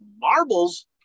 marbles